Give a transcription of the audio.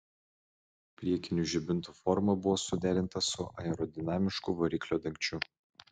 priekinių žibintų forma buvo suderinta su aerodinamišku variklio dangčiu